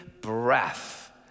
breath